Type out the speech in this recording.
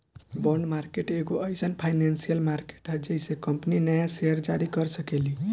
bond market एगो एईसन financial market ह जेइसे कंपनी न्या सेयर जारी कर सकेली